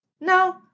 no